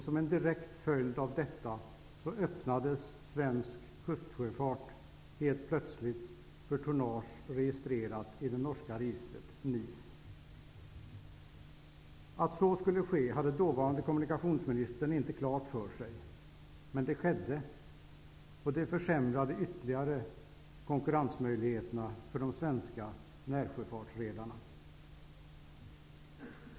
Som en direkt följd av detta öppnades svensk kustfart helt plötsligt för tonnage registrerat i det norska registret NIS. Att så skulle ske hade dåvarande kommunikationsministern inte klart för sig, men det skedde. Det försämrade ytterligare konkurrensmöjligheterna för de svenska närsjöfartsredarna.